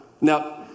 Now